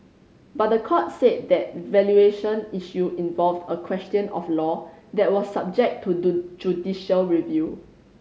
but the court said the valuation issue involved a question of law that was subject to judicial review